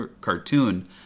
cartoon